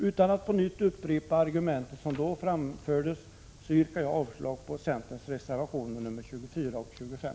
Utan att på nytt upprepa de argument som då framfördes yrkar jag avslag på centerns reservationer nr 24 och 25.